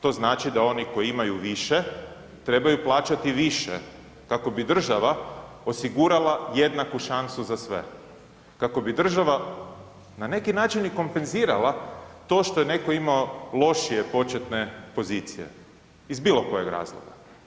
To znači da oni koji imaju više trebaju plaćati više kako bi država osigurala jednaku šansu za sve, kako bi država na neki način i kompenzirala to što je netko imao lošije početne pozicije iz bilo kojeg razloga.